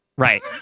Right